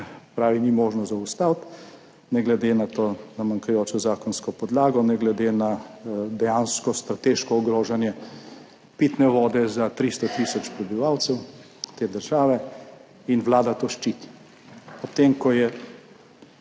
pravi, ni možno zaustaviti, ne glede na manjkajočo zakonsko podlago, ne glede na dejansko strateško ogrožanje pitne vode za 300 tisoč prebivalcev te države. In vlada to ščiti ob tem, ko je